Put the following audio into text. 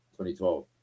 2012